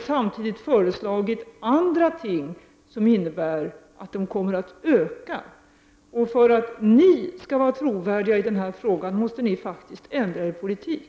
samtidigt som de har föreslagit andra åtgärder som innebär att utsläppen ökar. För att ni moderater skall vara trovärdiga när det gäller denna fråga, måste ni ändra er politik.